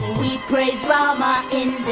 we praise rama in